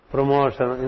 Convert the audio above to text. Promotion